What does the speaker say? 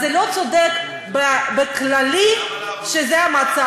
אז זה לא צודק באופן כללי שזה המצב,